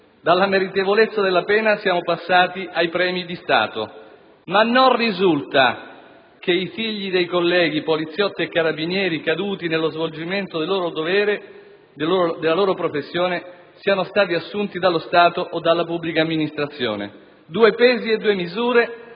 Dalla meritevolezza della pena siamo passati ai premi di Stato, ma non risulta che i figli dei colleghi poliziotti e carabinieri caduti nello svolgimento della loro professione siano stati assunti dallo Stato o dalla pubblica amministrazione: due pesi e due misure